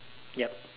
yup